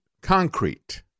concrete